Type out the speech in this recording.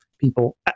people